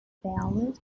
ballad